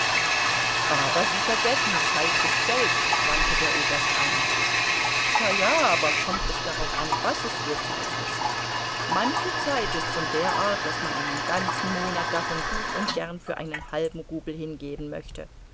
aber sie vergessen zeit ist geld wandte der oberst ein ja ja aber es kommt darauf an was es für zeit ist manche zeit ist von der art daß man einen ganzen monat davon gut und gern für einen halben rubel hingeben möchte